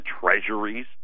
treasuries